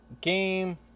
game